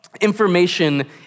Information